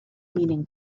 meaning